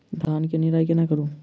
धान केँ निराई कोना करु?